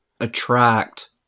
attract